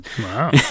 wow